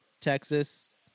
Texas